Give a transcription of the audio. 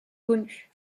connue